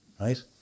Right